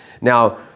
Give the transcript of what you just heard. Now